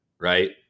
right